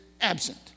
absent